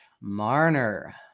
Marner